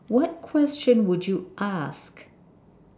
what question would you ask